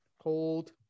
Hold